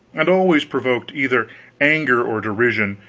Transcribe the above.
and always provoked either anger or derision,